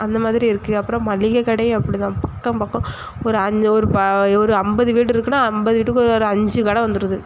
அந்தமாதிரி இருக்கு அப்புறம் மளிகை கடையும் அப்படிதான் பக்கம் பக்கம் ஒரு அஞ்சு ஒரு ப ஒரு ஐம்பது வீடு இருக்குன்னா ஐம்பது வீட்டுக்கு ஒரு அஞ்சு கடை வந்துவிடுது